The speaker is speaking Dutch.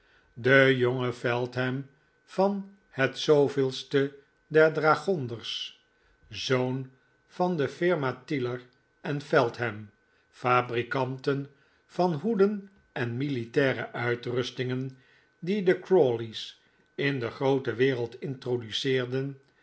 de jonge feltham van het de der dragonders zoon van de firma tiler en feltham fabrikanten van hoeden en militaire uitrustingen dien de crawley's in de groote wereld introduceerden